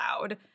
loud